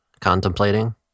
Contemplating